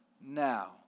now